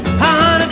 honey